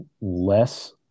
less